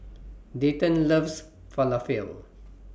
Dayton loves Falafel